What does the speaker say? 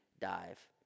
dive